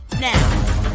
now